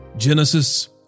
Genesis